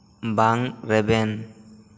ᱵᱟᱝ ᱨᱮᱵᱮᱱ